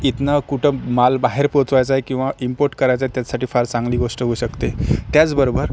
इथनं कुठं माल बाहेर पोहोचवायचा आहे किंवा इम्पोर्ट करायचा आहे त्यासाठी फार चांगली गोष्ट होऊ शकते त्याचबरोबर